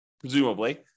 presumably